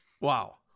Wow